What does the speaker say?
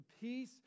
peace